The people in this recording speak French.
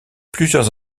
plusieurs